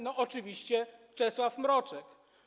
No oczywiście Czesław Mroczek.